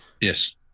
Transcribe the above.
Yes